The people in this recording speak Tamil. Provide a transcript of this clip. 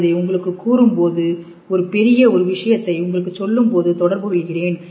நான் இதை உங்களுக்கு கூறும் பொழுது ஒரு பெரிய ஒரு விஷயத்தை உங்களுக்கு சொல்லும் பொழுது தொடர்பு கொள்கிறேன்